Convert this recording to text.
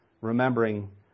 remembering